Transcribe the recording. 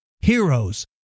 heroes